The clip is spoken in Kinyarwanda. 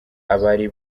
abari